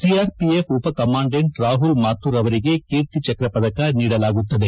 CRPF ಉಪಕಮಾಂಡೆಂಟ್ ರಾಹುಲ್ ಮಾಥುರ್ ಅವರಿಗೆ ಕೀರ್ತಿ ಚಕ್ರ ಪದಕ ನೀಡಲಾಗುತ್ತದೆ